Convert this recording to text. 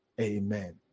Amen